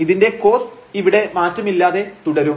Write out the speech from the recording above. ഇതിന്റെ കോസ് ഇവിടെ മാറ്റമില്ലാതെ തുടരും